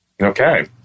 okay